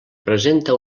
presenta